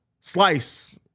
Slice